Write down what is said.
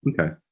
Okay